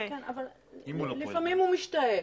לפעמים הוא משתהה.